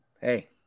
Hey